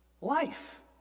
life